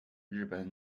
日本